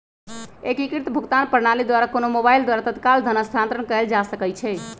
एकीकृत भुगतान प्रणाली द्वारा कोनो मोबाइल द्वारा तत्काल धन स्थानांतरण कएल जा सकैछइ